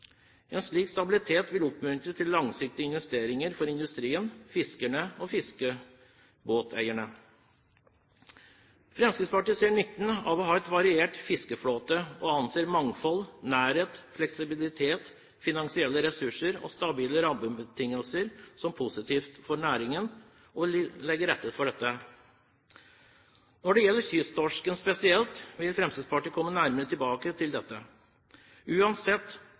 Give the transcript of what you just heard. En slik stabilitet vil oppmuntre til langsiktige investeringer for industrien, fiskerne og fiskebåteierne. Fremskrittspartiet ser nytten av å ha en variert fiskeflåte, og anser mangfold, nærhet, fleksibilitet, finansielle ressurser og stabile rammebetingelser som positivt for næringen og vil legge til rette for dette. Når det gjelder kysttorsken spesielt, vil Fremskrittspartiet komme nærmere tilbake til dette. Uansett